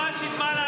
מקובל.